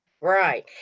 Right